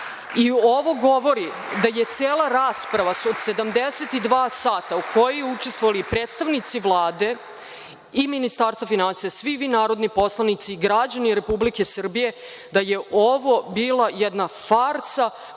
i ovo govori da je cela rasprava od 72 sata u kojoj su učestvovali i predstavnici Vlade i Ministarstvo finansija, svi vi narodni poslanici, građani Republike Srbije, da je ovo bila jedna farsa